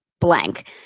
blank